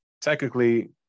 technically